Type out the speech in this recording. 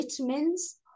vitamins